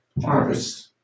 harvest